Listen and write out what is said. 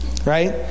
right